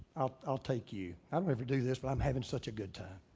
i'll take you. i'll never do this but i'm having such a good time.